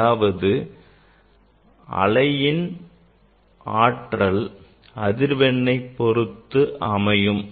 அதாவது அலையின் ஆற்றல் அதிர்வெண்ணை பொறுத்து அமையும்